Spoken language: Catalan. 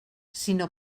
sinó